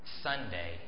Sunday